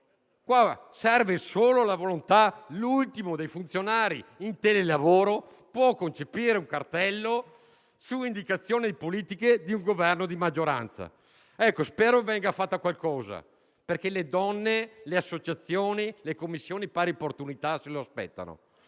quanto serve solo la volontà; l'ultimo dei funzionari in telelavoro può concepire un cartello su indicazione delle politiche del Governo di maggioranza. Spero venga fatto qualcosa perché le donne, le associazioni e le commissioni pari opportunità se lo aspettano.